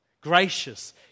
Gracious